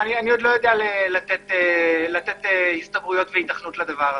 אני עוד לא יודע לתת הסתברויות והיתכנות לדבר הזה.